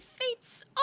fates